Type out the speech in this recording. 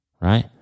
Right